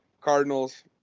Cardinals